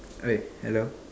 okay hello